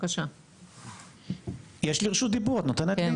יש לי רשות דיבור, את נותנת לי?